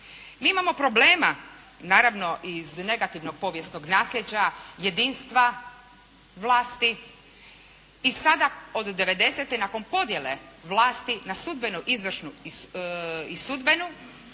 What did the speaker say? Mi imamo problema naravno iz negativnog povijesnog nasljeđa jedinstva vlasti i sada od 90-te nakon podjele vlasti na sudbenu, izvršnu i sudbenu